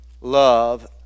love